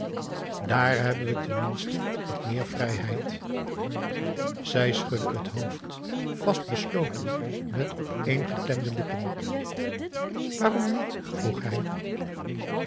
daar hebben we ten minste wat meer vrijheid zij schudde het hoofd vastbesloten met opeen geklemde lippen waarom niet vroeg hij